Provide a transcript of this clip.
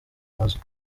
mazu